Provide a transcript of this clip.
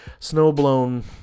snowblown